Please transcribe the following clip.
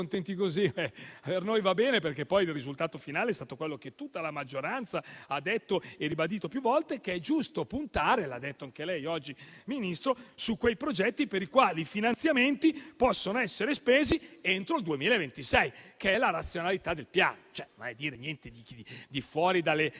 per noi va bene perché poi il risultato finale è stato che tutta la maggioranza ha detto e ribadito più volte che è giusto puntare, come anche lei, Ministro, ha detto oggi, sui progetti per i quali i finanziamenti possono essere spesi entro il 2026, che è la razionalità del Piano. Non è dire qualcosa fuori dalla